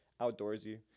outdoorsy